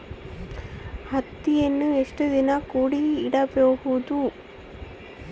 ಹತ್ತಿಯನ್ನು ಎಷ್ಟು ದಿನ ಕೂಡಿ ಇಡಬಹುದು?